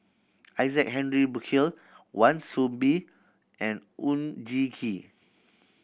Isaac Henry Burkill Wan Soon Bee and Oon Jin Gee